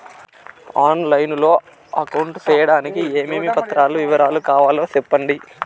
On line లో account సేయడానికి ఏమేమి పత్రాల వివరాలు కావాలో సెప్పండి?